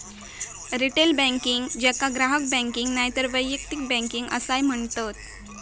retail banking, जेका ग्राहक banking नायतर वैयक्तिक बँकिंग असाय म्हणतत